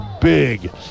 big